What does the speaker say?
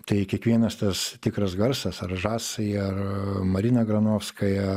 tai kiekvienas tas tikras garsas ar žasai ar marina granovskaja